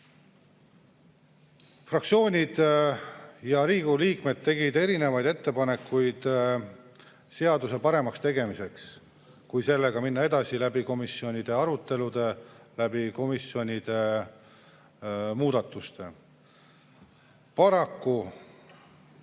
Fraktsioonid ja Riigikogu liikmed tegid erinevaid ettepanekuid seaduse paremaks tegemiseks, kui sellega minna edasi läbi komisjonide arutelude, läbi komisjonide muudatuste. Paraku